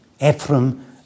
Ephraim